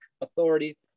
authority